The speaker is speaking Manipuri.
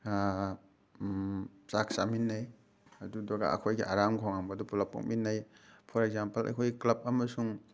ꯆꯥꯛ ꯆꯥꯃꯤꯟꯅꯩ ꯑꯗꯨꯗꯨꯒ ꯑꯩꯈꯣꯏꯒꯤ ꯑꯔꯥꯝ ꯈꯧꯔꯥꯡꯕ ꯑꯗꯨ ꯄꯨꯜꯂꯞ ꯀꯣꯛꯃꯤꯟꯅꯩ ꯐꯣꯔ ꯑꯦꯛꯖꯥꯝꯄꯜ ꯑꯩꯈꯣꯏ ꯀ꯭ꯂꯕ ꯑꯃꯁꯨꯡ